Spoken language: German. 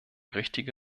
richtige